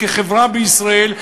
החברה בישראל,